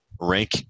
Rank